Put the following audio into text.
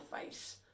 face